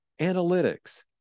analytics